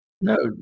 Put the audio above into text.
No